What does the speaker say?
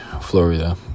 Florida